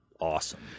Awesome